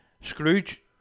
Scrooge